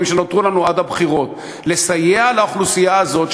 שנותרו לנו עד הבחירות: לסייע לאוכלוסייה הזאת,